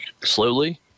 slowly